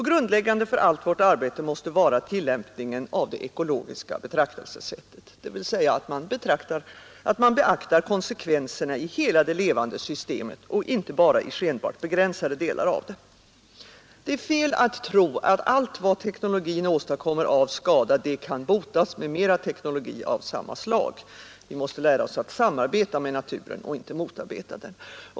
Grundläggande för allt vårt arbete måste vara tillämpningen av det ekologiska betraktelsesättet, dvs. att man beaktar konsekvenserna i hela det levande systemet och inte bara i skenbart begränsade delar av det. Det är fel att tro att allt vad teknologin åstadkommer av skada kan botas med mera teknologi av samma slag. Vi måste lära oss samarbeta med naturen, inte motarbeta den.